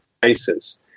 devices